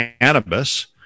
cannabis